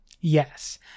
Yes